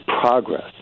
progress